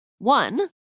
One